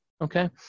okay